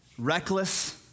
Reckless